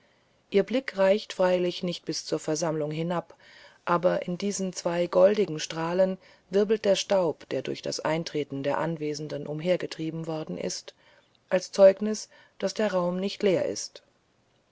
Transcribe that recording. ihr blick reicht freilich nicht bis zur versammlung hinab aber in diesen zwei goldigen strahlen wirbelt der staub der durch das eintreten der anwesende umhergetrieben worden ist als zeugnis daß der raum nicht leer ist